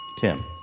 Tim